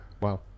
Wow